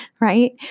right